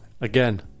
again